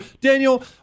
Daniel